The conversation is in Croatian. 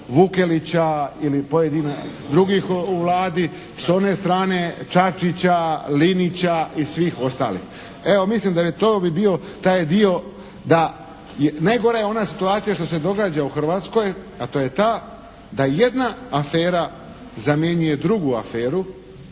Vukelića ili pojedinih drugih u Vladi, s one strane Čačića, Linića i svih ostalih. Evo mislim da je to, to bi bio taj dio da. Najgora je ona situacija što se događa u Hrvatskoj, a to je ta da jedna afera zamjenjuje drugu aferu,